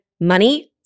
money